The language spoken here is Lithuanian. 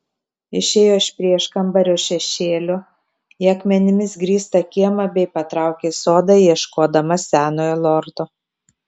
išėjo iš prieškambario šešėlio į akmenimis grįstą kiemą bei patraukė į sodą ieškodama senojo lordo